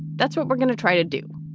that's what we're gonna try to do.